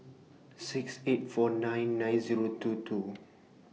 six eight four nine nine Zero two two